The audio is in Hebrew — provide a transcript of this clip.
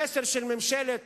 המסר של ממשלת